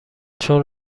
چون